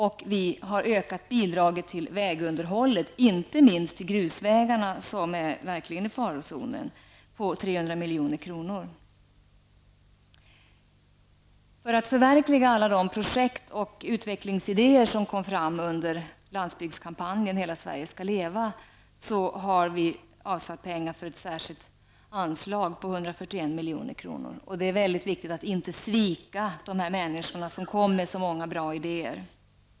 Och vi vill öka bidraget till vägunderhållet, inte minst till grusvägarna som verkligen är i farozonen med 300 milj.kr. För att förverkliga alla de projekt och utvecklingsidéer som kom fram under landsbygdskampanjen Hela Sverige skall leva, vill vi avsätta pengar för ett särskilt anslag på 141 milj.kr. Det är mycket viktigt att man inte sviker de människor som kom med så många bra idéer.